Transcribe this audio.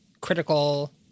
critical